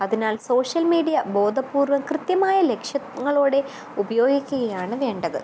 അതിനാൽ social media ബോധപൂർവ്വം കൃത്യമായ ലക്ഷ്യങ്ങളോടെ ഉപയോഗിക്കുകയാണ് വേണ്ടത്